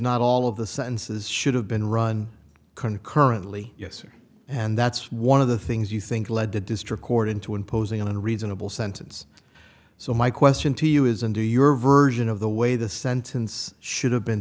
not all of the sentences should have been run concurrently yes and that's one of the things you think led the district court into imposing a reasonable sentence so my question to you is and do your version of the way the sentence should have been